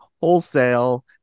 wholesale